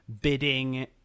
bidding